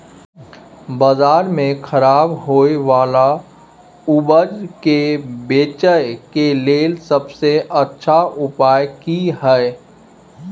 बाजार में खराब होय वाला उपज के बेचय के लेल सबसे अच्छा उपाय की हय?